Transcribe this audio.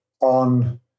on